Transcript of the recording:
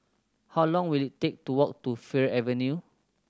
how long will it take to walk to Fir Avenue